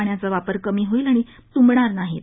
पाण्याचा वापर कमी होईल आणि ती तुंबणार नाहीत